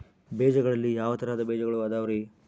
ಬೇಜಗಳಲ್ಲಿ ಯಾವ ತರಹದ ಬೇಜಗಳು ಅದವರಿ?